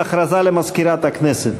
הודעה למזכירת הכנסת.